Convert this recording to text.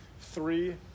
three